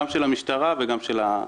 גם של המשטרה וגם של השב"כ.